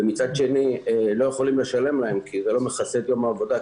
ומצד שני לא יכולים לשלם להם כי זה לא מכסה את יום העבודה,